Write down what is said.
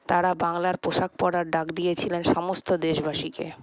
তারা বাংলার পোশাক পরার ডাক দিয়েছিলেন সমস্ত দেশবাসীকে